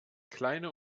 kleine